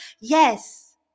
Yes